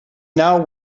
now